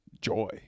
joy